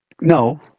no